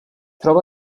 troba